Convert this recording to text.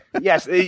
Yes